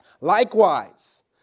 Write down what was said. Likewise